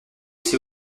c’est